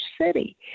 city